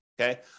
okay